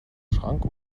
schrank